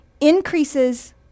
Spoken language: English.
increases